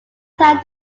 time